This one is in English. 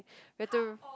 whether